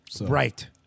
Right